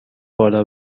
بالا